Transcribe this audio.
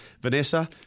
Vanessa